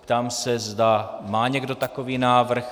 Ptám se, zda má někdo takový návrh.